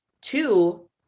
Two